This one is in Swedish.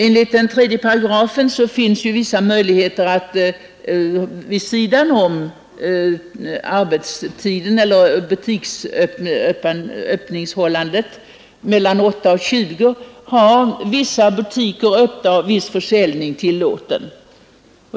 Enligt 3 § affärstidslagen finns ju vissa möjligheter att vid sidan om butiksöppethållandet mellan kl. 8 och 20 ha vissa butiker öppna även på andra tider, och viss försäljning är då tillåten.